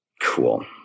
cool